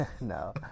no